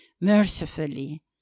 mercifully